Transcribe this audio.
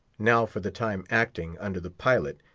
now for the time acting, under the pilot,